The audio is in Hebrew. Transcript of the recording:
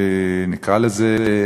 נקרא לזה,